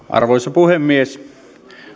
arvoisa puhemies